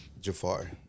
Jafar